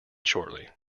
shortly